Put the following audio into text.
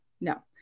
No